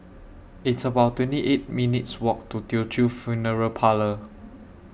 It's about twenty eight minutes' Walk to Teochew Funeral Parlour